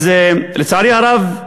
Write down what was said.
לצערי הרב,